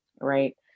right